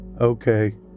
Okay